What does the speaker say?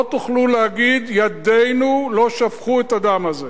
לא תוכלו להגיד: ידינו לא שפכו את הדם הזה.